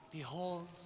Behold